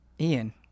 Ian